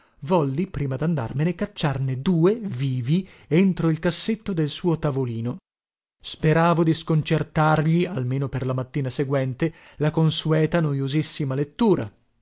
volli prima dandarmene cacciarne due vivi entro il cassetto del suo tavolino speravo di sconcertargli almeno per la mattina seguente la consueta nojosissima lettura